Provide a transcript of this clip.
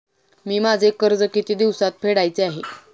मी माझे कर्ज किती दिवसांत फेडायचे आहे?